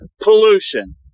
Pollution